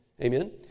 Amen